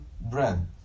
bread